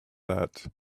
that